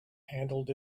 handled